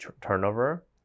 turnover